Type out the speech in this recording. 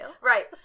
Right